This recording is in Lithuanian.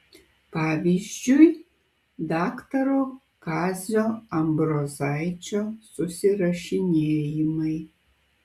pavyzdžiui daktaro kazio ambrozaičio susirašinėjimai